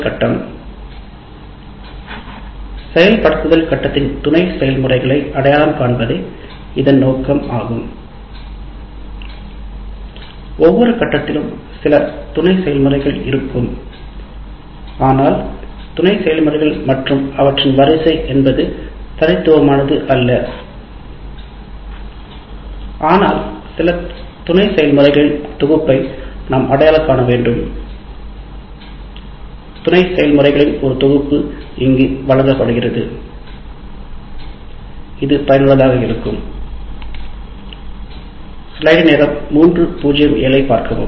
கட்டம் செயல்படுத்தப்பட்ட துணை செயல்முறைகளை அடையாளம் காண்பதே இதன் நோக்கம் ஒவ்வொரு கட்டத்திலும் சில துணை செயல்முறைகள் இருக்கும் ஆனால் துணை செயல்முறைகள் மற்றும் அவற்றின் வரிசை என்பது தனித்துவமானது அல்ல ஆனால் சில துணை செயல்முறைகளின் தொகுப்பை நாம் அடையாளம் காண வேண்டும் துணை செயல்முறைகளின் ஒரு தொகுப்பு இங்கே வழங்கப்படுகிறது இது பயனுள்ளதாக இருக்கும் என்று நம்புகிறோம்